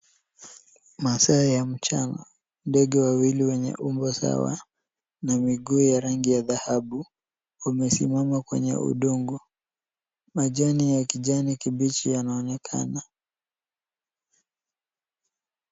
Masaa ya mchana, ndege wawili wenye umbo sawa na miguu ya rangi ya dhahabu wamesimama kwenye udongo. Majani ya kijani kibichi yanaonekana.